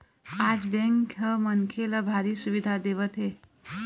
आज बेंक ह मनखे ल भारी सुबिधा देवत हे